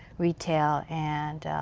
retail and